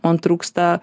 man trūksta